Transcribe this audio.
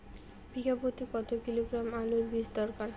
বিঘা প্রতি কত কিলোগ্রাম আলুর বীজ দরকার?